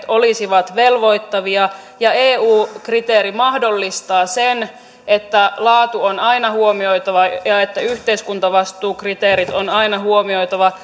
olisivat velvoittavia ja eu sääntely mahdollistaa sen että laatu on aina huomioitava ja että yhteiskuntavastuukriteerit on aina huomioitava